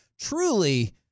truly